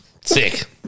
Sick